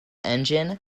engine